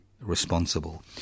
responsible